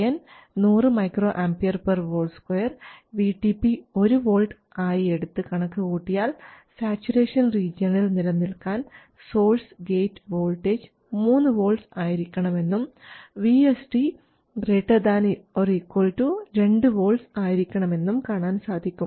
Kn 100 µAV2 VTP 1 volt ആയി എടുത്തു കണക്കുകൂട്ടിയാൽ സാച്ചുറേഷൻ റീജിയണിൽ നിലനിൽക്കാൻ സോഴ്സ് ഗേറ്റ് വോൾട്ടേജ് 3 വോൾട്ട് ആയിരിക്കണമെന്നും VSD ≥ 2 V ആയിരിക്കണമെന്നും കാണാൻ സാധിക്കും